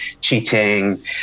cheating